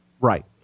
Right